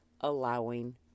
allowing